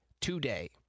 today